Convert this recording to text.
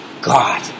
God